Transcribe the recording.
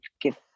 give